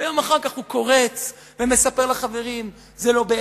ויום אחר כך הוא קורץ ומספר לחברים: בעצם זה לא,